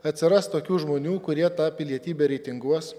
atsiras tokių žmonių kurie tą pilietybę reitinguos